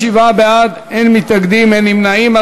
67 בעד, אין מתנגדים, אין נמנעים.